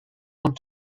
want